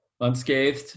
unscathed